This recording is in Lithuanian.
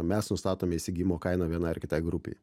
mes nustatome įsigijimo kainą vienai ar kitai grupei